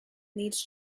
needs